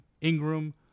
ingram